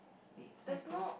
wait sign post